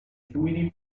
fluidi